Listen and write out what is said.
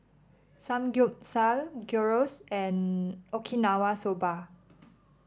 Samgeyopsal Gyros and Okinawa Soba